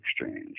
exchange